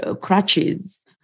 crutches